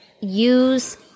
use